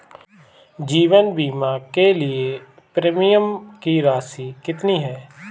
जीवन बीमा के लिए प्रीमियम की राशि कितनी है?